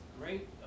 great